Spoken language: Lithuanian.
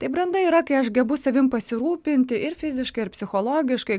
tai branda yra kai aš gebu savim pasirūpinti ir fiziškai ir psichologiškai